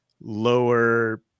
lower